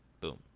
Boom